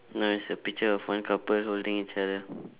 now is a picture of one couple holding each other